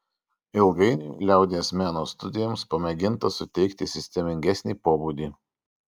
ilgainiui liaudies meno studijoms pamėginta suteikti sistemingesnį pobūdį